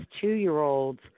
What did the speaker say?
two-year-olds